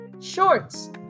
shorts